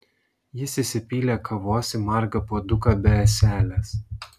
jis įsipylė kavos į margą puoduką be ąselės